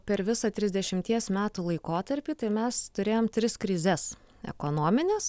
per visą trisdešimties metų laikotarpį tai mes turėjom tris krizes ekonominės